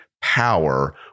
power